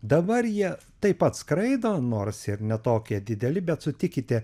dabar jie taip pat skraido nors ir ne tokie dideli bet sutikite